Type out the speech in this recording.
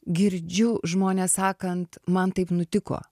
girdžiu žmones sakant man taip nutiko